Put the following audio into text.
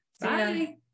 Bye